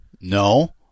No